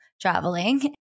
traveling